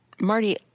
Marty